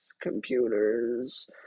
computers